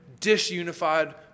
disunified